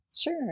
Sure